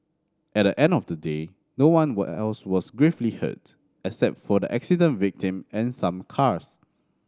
at the end of the day no one was else was gravely hurt except for the accident victim and some cars